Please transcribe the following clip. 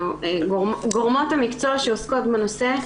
בעיני גורמות המקצוע שעוסקות בנושא,